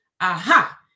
aha